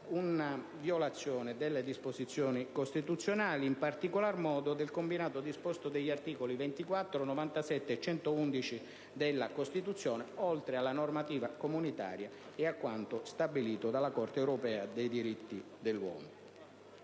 una violazione delle disposizioni costituzionali, e in particolare del combinato disposto degli articoli 24, 97 e 111 della Costituzione, oltre che della normativa comunitaria e di quanto stabilito dalla Corte europea dei diritti dell'uomo.